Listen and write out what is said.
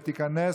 נתקבל.